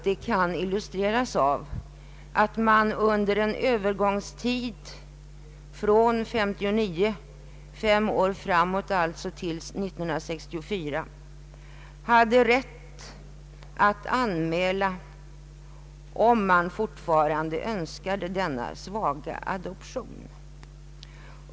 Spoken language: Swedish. Det kan illustreras av att parterna i ett adoptionsförhållande under en Öövergångstid, från 1959 till 1964, dvs. under fem år, hade rätt att anmäla om mau fortfarande önskade ha den gamla ”svaga” adoptionen.